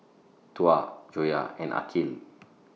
Tuah Joyah and Aqil